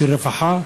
של רווחה,